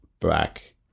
back